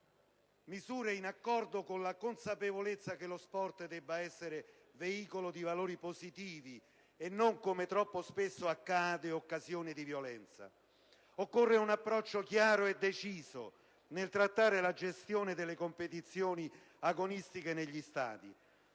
misure in accordo con la consapevolezza che lo sport deve essere veicolo di valori positivi e non, come troppo spesso accade, occasione di violenza. Occorre un approccio chiaro e deciso nel trattare la gestione delle competizioni agonistiche negli stadi.